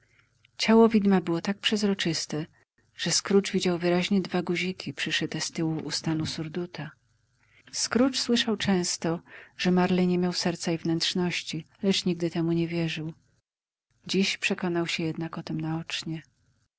ciało widma było tak przezroczyste że scrooge widział wyraźnie dwa guziki przyszyte z tyłu u stanu surduta scrooge słyszał często że marley nie miał serca i wnętrzności lecz nigdy temu nie wierzył dziś przekonał się jednak o tem naocznie